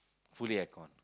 fully aircon